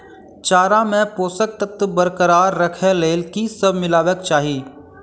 चारा मे पोसक तत्व बरकरार राखै लेल की सब मिलेबाक चाहि?